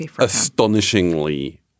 astonishingly